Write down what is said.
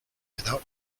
without